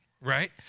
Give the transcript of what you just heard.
right